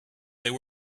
there